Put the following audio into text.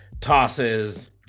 tosses